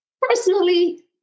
Personally